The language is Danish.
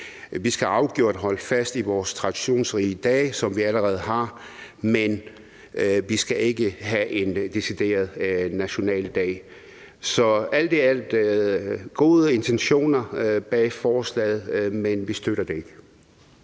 Vi skal afgjort holde fast i vores traditionsrige dage, som vi allerede har, men vi skal ikke have en decideret nationaldag. Så alt i alt er der gode intentioner bag forslaget, men vi støtter det ikke.